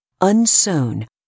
unsown